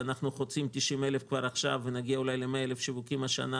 שאנחנו חוצים 90,000 כבר עכשיו ונגיע אולי ל-100,000 שיווקים השנה,